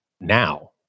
now